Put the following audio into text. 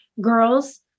girls